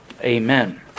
Amen